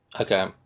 Okay